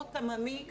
ספורט עממי,